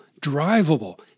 drivable